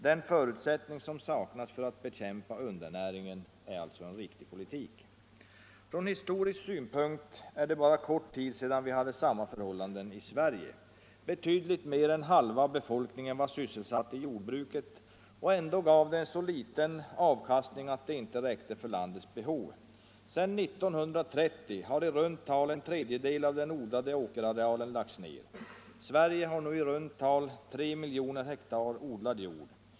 Den förutsättning som saknas för att bekämpa undernäringen är alltså en riktig politik. Från historisk synpunkt är det bara en kort tid sedan vi hade samma förhållande i Sverige. Betydligt mer än halva befolkningen var sysselsatt i jordbruket, och ändå gav detta så liten avkastning att det inte räckte för landets behov. Sedan 1930 har i runt tal en tredjedel av den odlade åkerarealen lagts ned. Sverige har nu i runt tal 3 miljoner hektar odlad jord.